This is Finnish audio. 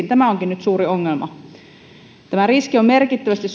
tämä onkin suuri ongelma palkkaamisen riski on merkittävästi